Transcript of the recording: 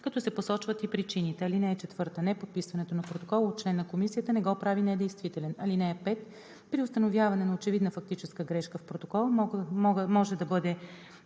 като се посочват и причините. (4) Неподписването на протокола от член на комисията не го прави недействителен. (5) При установяване на очевидна фактическа грешка в протокола може да бъдат